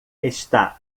está